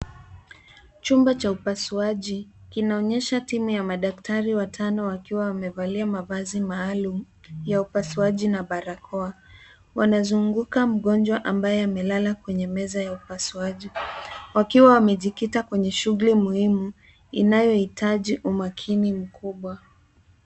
Chumba cha upasuaji kinaonyesha timu ya madaktari watano wakiwa wamevalia mavazi maalum ya upasuaji na barakoa. Wanazunguka mgonjwa ambaye amelala kwenye meza ya upasuaji wakiwa wamejikita kwenye shughuli muhimu inayohitaji umakini mkubwa.